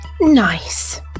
Nice